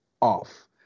off